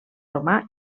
romà